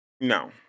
No